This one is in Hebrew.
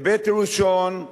היבט ראשון,